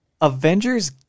Avengers